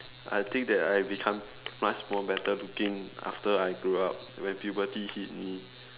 I think that I become much more better looking after I grew up when puberty hit me